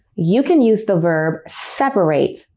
you can use the verb separate,